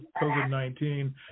COVID-19